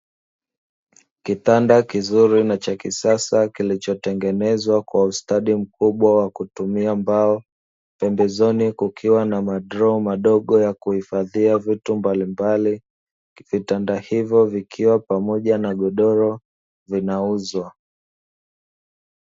Kitanda kizuri na cha kisasa kilichotengenezwa kwa ustadi mkubwa wa kutumia mbao, pembezoni kukiwa na madroo madogo ya kuhifadhia vitu mbalimbali, vitanda hivyo vikiwa pamoja na godoro vinauzwa.